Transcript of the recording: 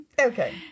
Okay